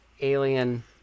alien